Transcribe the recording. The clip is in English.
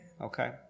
Okay